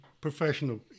professional